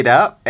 up